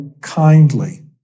kindly